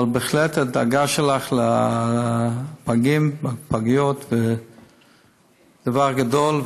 אבל בהחלט הדאגה שלך לפגים בפגיות זה דבר גדול.